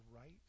right